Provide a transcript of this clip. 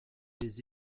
des